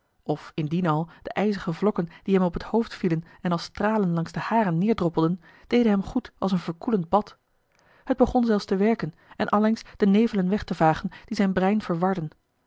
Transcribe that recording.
of indien al de ijzige vlokken die hem op het hoofd vielen en als stralen langs de haren neêrdroppelden deden hem goed als een verkoelend bad het begon zelfs te werken en allengs de nevelen weg te vagen die zijn brein verwarden